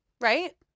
right